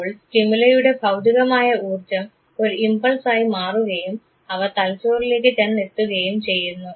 അപ്പോൾ സ്റ്റിമുലൈയുടെ ഭൌതികമായ ഊർജ്ജം ഒരു ഇംപൾസായി മാറുകയും അവ തലച്ചോറിലേക്ക് ചെന്നെത്തുകയും ചെയ്യുന്നു